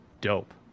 dope